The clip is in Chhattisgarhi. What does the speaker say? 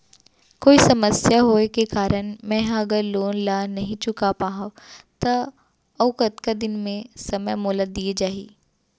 कोई समस्या होये के कारण मैं हा अगर लोन ला नही चुका पाहव त अऊ कतका दिन में समय मोल दीये जाही?